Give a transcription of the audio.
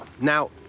Now